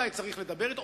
אולי צריך לדבר אתו,